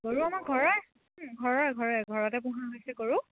গৰু আমাৰ ঘৰৰে ঘৰৰে ঘৰৰে ঘৰতে পোহা হৈছে গৰু